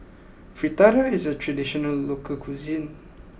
Fritada is a traditional local cuisine